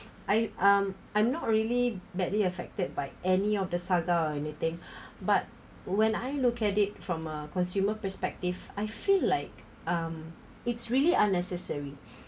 I um I'm not really badly affected by any of the saga or anything but when I look at it from a consumer perspective I feel like um it's really unnecessary